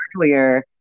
earlier